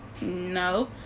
No